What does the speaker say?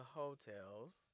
hotels